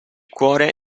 cuore